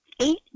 Eight